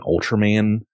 ultraman